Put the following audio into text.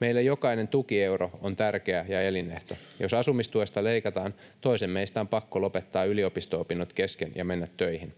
Meille jokainen tukieuro on tärkeä ja elinehto. Jos asumistuesta leikataan, toisen meistä on pakko lopettaa yliopisto-opinnot kesken ja mennä töihin.